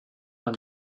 man